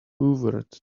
hoovered